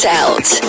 out